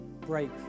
Break